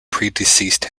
predeceased